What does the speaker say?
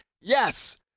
Yes